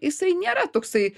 jisai nėra toksai